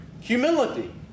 humility